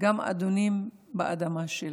גם אדונים באדמה שלנו.